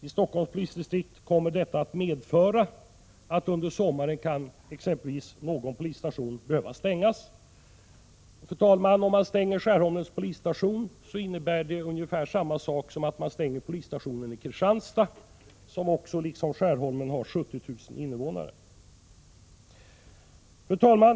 I Stockholms polisdistrikt kan t.ex. någon polisstation behöva stängas under sommaren. Om man stänger Skärholmens polisstation innebär det ungefär detsamma som att stänga polisstationen i Kristianstad, som liksom Skärholmen har 70 000 invånare. Fru talman!